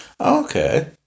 okay